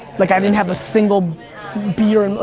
like i didn't have a single beer,